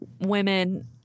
women